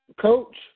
coach